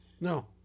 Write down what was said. No